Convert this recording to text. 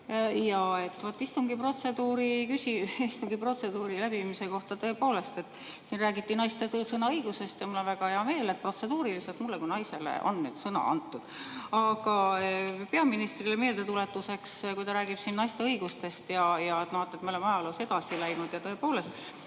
läbiviimise protseduuri kohta tõepoolest. Siin räägiti naiste sõnaõigusest ja mul on väga hea meel, et protseduuriliselt mulle kui naisele on nüüd sõna antud. Aga peaministrile meeldetuletuseks, kui ta räägib siin naiste õigustest ja sellest, et vaata, me oleme ajaloos edasi läinud. Tõepoolest,